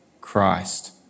Christ